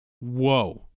whoa